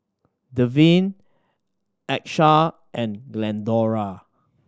Devyn Achsah and Glendora